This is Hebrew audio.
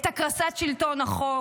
את הקרסת שלטון החוק,